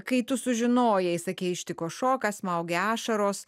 kai tu sužinojai sakei ištiko šokas smaugė ašaros